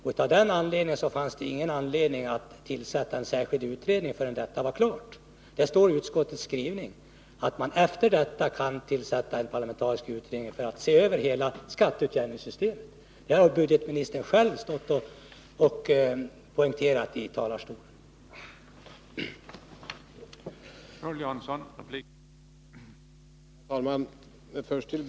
Det finns ingen anledning att tillsätta en särskild utredning förrän detta är klart. Det står i utskottets skrivning att man efter dessa överläggningar kan tillsätta en parlamentarisk utredning för att se över hela skatteutjämningssystemet, och det har budgetministern själv poängterat från talarstolen i en tidigare interpellationsdebatt.